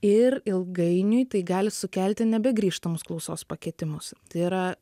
ir ilgainiui tai gali sukelti nebegrįžtamus klausos pakitimus tai yra